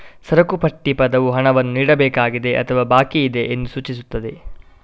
ಸರಕು ಪಟ್ಟಿ ಪದವು ಹಣವನ್ನು ನೀಡಬೇಕಾಗಿದೆ ಅಥವಾ ಬಾಕಿಯಿದೆ ಎಂದು ಸೂಚಿಸುತ್ತದೆ